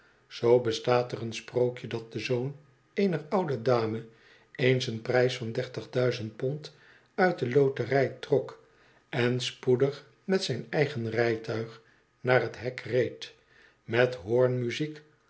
zoo bestaat er een sprookje dat de zoon eener oude dame eens een prijs van dertig duizend pond uit de loterij trok en spoedig met zijn eigen rijtuig naar het hek reed met hoorn muziek